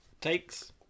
takes